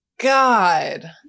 God